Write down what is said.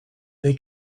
they